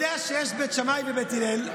יודע שיש בית שמאי ובית הלל.